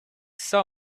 saw